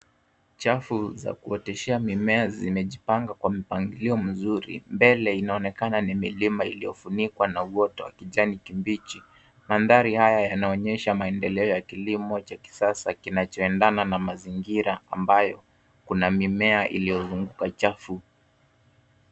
Chafu za kuoteshea mimea zimejipanga kwa mpangilio mzuri. Mbele inaonekana ni milima iliyofunikwa na uoto wa kijani kibichi. Mandhari haya yanaonyesha maendeleo ya kilimo cha kisasa kinachoendana na mazingira ambayo kuna mimea iliyozunguka chafu.